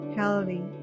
healthy